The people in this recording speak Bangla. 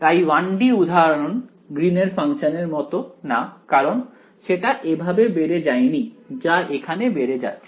তাই 1D উদাহরণ গ্রীন এর ফাংশানের মতো না কারণ সেটা এভাবে বেড়ে যায়নি যা এখানে বেড়ে যাচ্ছে